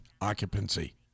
occupancy